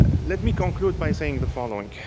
let me conclude by saying the following.